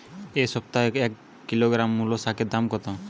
এ সপ্তাহে এক কিলোগ্রাম মুলো শাকের দাম কত?